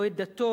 לא את דתו,